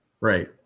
Right